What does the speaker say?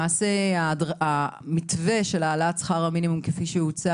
המתווה של העלאת שכר המינימום כפי שהוצע